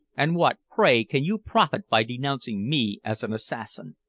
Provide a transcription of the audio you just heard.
and what, pray, can you profit by denouncing me as an assassin?